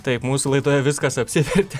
taip mūsų laidoje viskas apsivertė